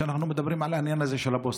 שאנחנו מדברים על העניין הזה של הפוסטה.